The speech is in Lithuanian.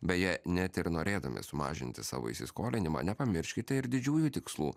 beje net ir norėdami sumažinti savo įsiskolinimą nepamirškite ir didžiųjų tikslų